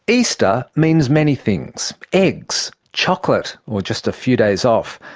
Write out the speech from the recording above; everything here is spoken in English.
easter means many things eggs, chocolate, or just a few days off,